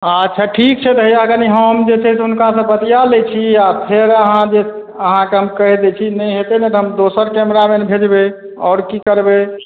अच्छा ठीक छै भइआ कनि हम जे छै से हुनकासे बतिआ लै छी आओर फेर अहाँ जे अहाँकेँ हम कहि दै छी नहि हेतै ने तऽ हम दोसर कैमरामैन भेजबै आओर कि करबै